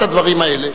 את הדברים האלה.